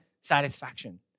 satisfaction